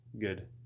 good